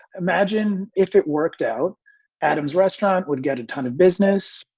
imagine if it worked out adam's restaurant would get a ton of business.